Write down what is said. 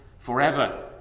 forever